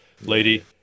Lady